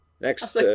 Next